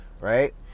right